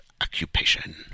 occupation